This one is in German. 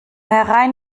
herein